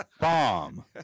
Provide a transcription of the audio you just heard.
bomb